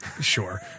Sure